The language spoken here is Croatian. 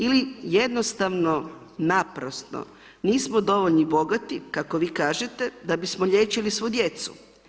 Ili jednostavno, naprosto nismo dovoljni bogati, kako vi kažete, da bismo liječili svu djecu.